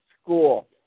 school